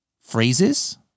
phrases